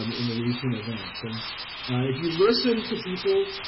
um in the recent events and if you listen to people,